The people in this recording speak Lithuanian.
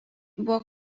buvo